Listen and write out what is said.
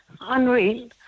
unreal